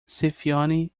scipione